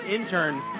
intern